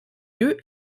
lieu